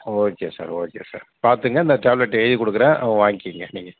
okay sir okay sir பார்த்துக்குங்க இந்த tablet எழுதி கொடுக்குறேன் வாய்ங்கிங்க நீங்கள்